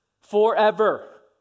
Forever